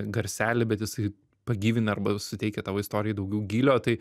garselį bet jisai pagyvina arba suteikia tavo istorijai daugiau gylio tai